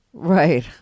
right